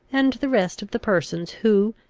and the rest of the persons who,